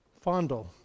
fondle